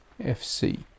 FC